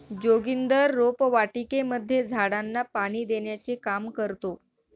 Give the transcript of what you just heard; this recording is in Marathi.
जोगिंदर रोपवाटिकेमध्ये झाडांना पाणी देण्याचे काम करतो